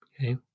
Okay